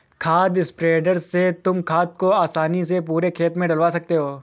खाद स्प्रेडर से तुम खाद को आसानी से पूरे खेत में डलवा सकते हो